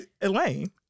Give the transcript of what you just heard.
Elaine